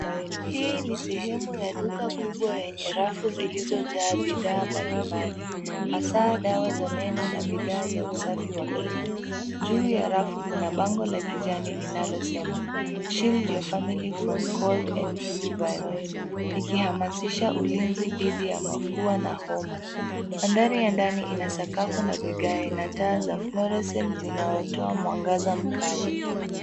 Hii ni sehemu ya duka kubwa yenye rafu zilizojaa bidhaa mbalimbali, hasa dawa za meno na bidhaa za usafi wa kinywa. Juu ya rafu kuna bango la kijani linalosema: Shield your family from cold and flu virus , likihamasisha ulinzi dhidi ya mafua na homa. Mandhari ya ndani ina sakafu na vigae na taa za fluorescent zinazotoa mwangaza mkali.